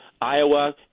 Iowa